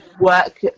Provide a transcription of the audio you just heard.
work